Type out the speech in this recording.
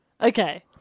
Okay